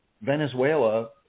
Venezuela